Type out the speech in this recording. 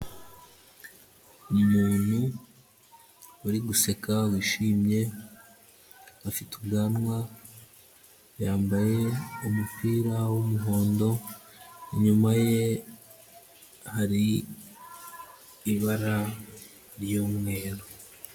Umuntu wari guseka wishimye ufite ubwanwa, yambaye umupira w'umuhondo, inyuma ye hari ibara ry'umweru.